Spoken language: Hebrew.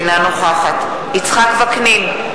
אינה נוכחת יצחק וקנין,